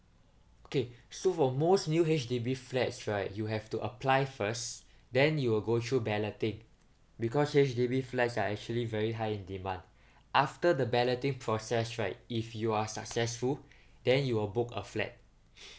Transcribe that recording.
K so for most new H_D_B flats right you have to apply first then you'll go through balloting because H_D_B flats are actually very high demand after the balloting process right if you are successful then you will book a flat